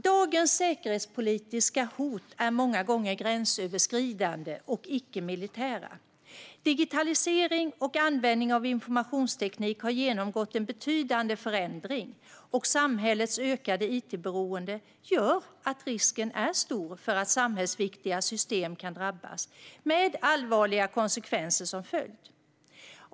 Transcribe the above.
Dagens säkerhetspolitiska hot är många gånger gränsöverskridande och icke-militära. Digitalisering och användning av informationsteknik har genomgått en betydande förändring, och samhällets ökade it-beroende gör att risken är stor för att samhällsviktiga system kan drabbas med allvarliga konsekvenser som följd.